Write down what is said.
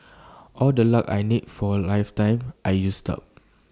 all the luck I need for A lifetime I used up